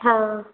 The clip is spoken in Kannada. ಹಾಂ